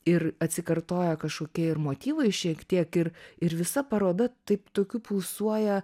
ir atsikartoja kažkokie ir motyvai šiek tiek ir ir visa paroda taip tokių pulsuoja